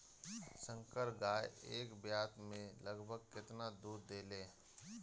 संकर गाय एक ब्यात में लगभग केतना दूध देले?